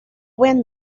when